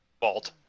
Vault